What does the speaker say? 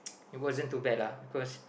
it wasn't too bad lah because